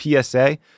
PSA